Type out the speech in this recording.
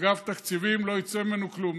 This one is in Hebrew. אגף תקציבים, לא יצא ממנו כלום.